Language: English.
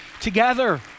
together